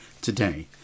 today